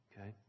Okay